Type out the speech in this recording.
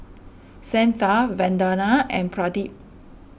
Santha Vandana and Pradip